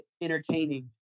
entertaining